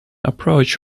approach